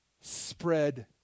spread